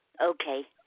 Okay